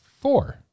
four